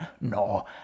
no